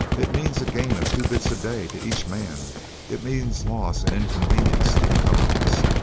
it means a gain of two bits a day to each man it means loss and inconvenience to the companies,